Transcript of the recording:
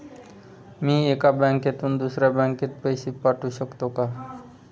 मी एका बँकेतून दुसऱ्या बँकेत पैसे पाठवू शकतो का?